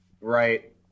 Right